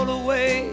away